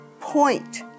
point